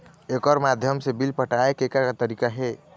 एकर माध्यम से बिल पटाए के का का तरीका हे?